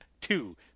two